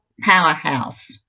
powerhouse